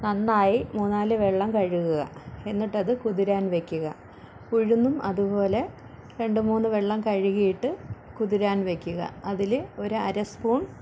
നന്നായി മൂന്നാല് വെള്ളം കഴുകുക എന്നിട്ടത് കുതിരാൻ വയ്ക്കുക ഉഴുന്നും അതുപോലെ രണ്ട് മൂന്ന് വെള്ളം കഴുകിയിട്ട് കുതിരാൻ വെക്കുക അതില് ഒരു അര സ്പൂൺ